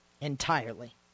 entirely